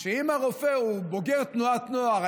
שאם הרופא הוא בוגר תנועת נוער,